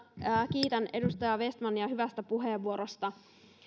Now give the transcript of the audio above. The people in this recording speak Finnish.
kiitän edustaja vestmania hyvästä puheenvuorosta kun